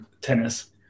tennis